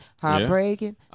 heartbreaking